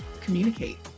communicate